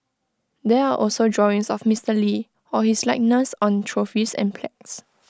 there are also drawings of Mister lee or his likeness on trophies and plagues